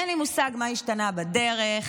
אין לי מושג מה השתנה בדרך,